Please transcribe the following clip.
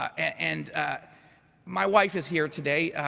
and my wife is here today,